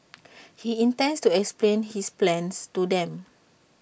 he intends to explain his plans to them